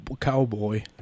Cowboy